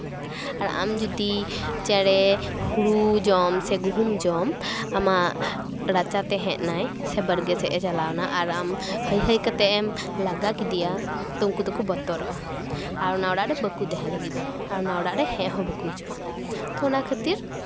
ᱟᱨ ᱟᱢ ᱡᱩᱫᱤ ᱪᱮᱬᱮ ᱦᱩᱲᱩ ᱡᱚᱢ ᱥᱮ ᱜᱩᱦᱩᱢ ᱡᱚᱢ ᱟᱢᱟᱜ ᱨᱟᱪᱟ ᱛᱮ ᱦᱮᱡ ᱱᱟᱭ ᱥᱮ ᱵᱟᱲᱜᱮ ᱥᱮᱫᱼᱮ ᱪᱟᱞᱟᱣᱱᱟ ᱟᱨ ᱟᱢ ᱦᱟᱹᱭᱼᱦᱟᱹᱭ ᱠᱟᱛᱮᱫ ᱮᱢ ᱞᱟᱜᱟ ᱠᱮᱫᱮᱭᱟ ᱛᱚ ᱩᱱᱠᱩ ᱫᱚᱠᱚ ᱵᱚᱛᱚᱨᱚᱜᱼᱟ ᱟᱨ ᱚᱱᱟ ᱚᱲᱟᱜ ᱨᱮ ᱵᱟᱠᱚ ᱛᱟᱦᱮᱸ ᱞᱟᱹᱜᱤᱫᱚᱜᱼᱟ ᱟᱨ ᱚᱱᱟ ᱚᱲᱟᱜ ᱨᱮ ᱦᱮᱡ ᱦᱚᱸ ᱵᱟᱠᱚ ᱦᱤᱡᱩᱜᱼᱟ ᱛᱚ ᱚᱱᱟ ᱠᱷᱟᱹᱛᱤᱨ